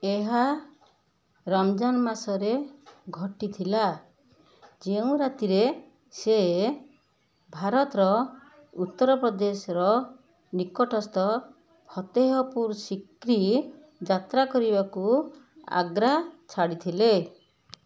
ଏହା ରମଜାନ ମାସରେ ଘଟିଥିଲା ଯେଉଁ ରାତିରେ ସେ ଭାରତର ଉତ୍ତରପ୍ରଦେଶର ନିକଟସ୍ଥ ଫତେହପୁର ସିକ୍ରି ଯାତ୍ରା କରିବାକୁ ଆଗ୍ରା ଛାଡ଼ିଥିଲେ